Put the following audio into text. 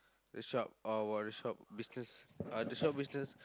the shop our shop business uh the shop business